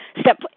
Step